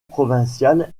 provinciale